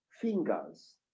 fingers